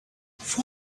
for